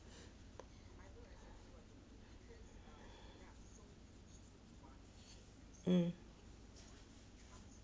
mm